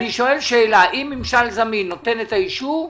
אני שואל שאלה: אם ממשל זמין נותן את האישור,